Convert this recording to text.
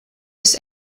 bis